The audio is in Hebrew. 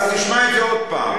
אז תשמע את זה עוד פעם.